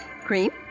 Cream